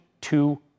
Two